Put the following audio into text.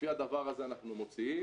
לפי הדבר הזה אנחנו מוציאים,